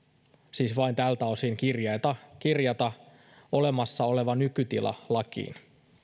siis vain tältä osin kirjata kirjata olemassa oleva nykytila lakiin